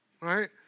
right